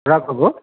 राघव हो